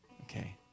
Okay